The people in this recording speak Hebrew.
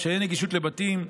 קשיי נגישות לבתים,